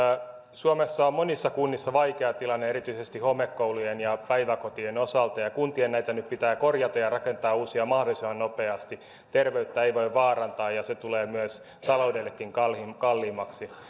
suomessa on monissa kunnissa vaikea tilanne erityisesti homekoulujen ja päiväkotien osalta kuntien näitä nyt pitää korjata ja rakentaa uusia mahdollisimman nopeasti terveyttä ei voi vaarantaa ja se tulee taloudellekin kalliimmaksi kalliimmaksi